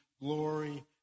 glory